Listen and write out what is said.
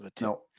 No